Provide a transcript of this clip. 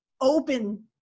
open